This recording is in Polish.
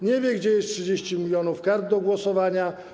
Nie wie, gdzie jest 30 mln kart do głosowania.